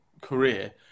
career